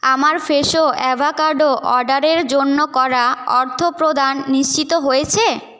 আমার ফ্রেশো অ্যাভোকাডো অর্ডারের জন্য করা অর্থপ্রদান নিশ্চিত হয়েছে